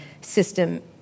system